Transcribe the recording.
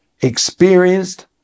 experienced